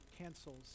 cancels